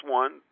one